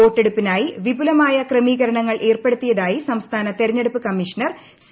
വോട്ടെടുപ്പിനായി വിപുലമായ ക്രമീകരണങ്ങൾ ഏർപ്പെടുത്തിയതായി സംസ്ഥാന തിരഞ്ഞെടുപ്പ് കമ്മീഷണർ സി